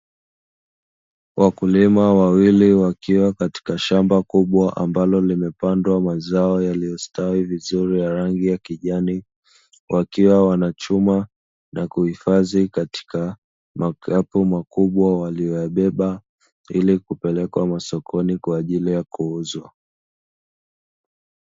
Wakulima wawili wakiwa katika shamba kubwa ambalo limepandwa mazao yaliyostawi vizuri ya rangi ya kijani, wakiwa wanachuma na kuifadhi katika makapo makubwa waliyoyabeba ili kupelekwa masokoni kwa ajili ya kuuzwa.